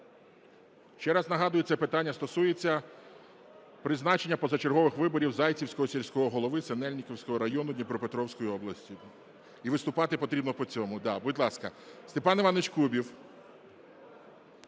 Ще раз нагадую, це питання стосується призначення позачергових виборів Зайцівського сільського голови Синельниківського району Дніпропетровської області і виступати потрібно по цьому. Да, будь ласка, Степан Іванович Кубів.